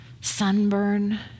sunburn